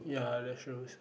ya that shows